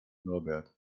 norbert